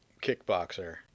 Kickboxer